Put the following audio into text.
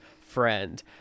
friend